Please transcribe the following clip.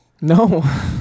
No